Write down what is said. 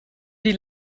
die